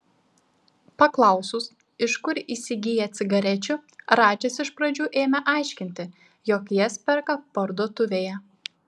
paklausus iš kur įsigyja cigarečių radžis iš pradžių ėmė aiškinti jog jas perka parduotuvėje